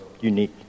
unique